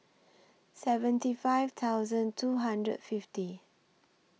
seventy five thousand two hundred fifty